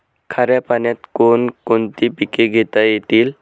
खाऱ्या पाण्यात कोण कोणती पिके घेता येतील?